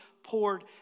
poured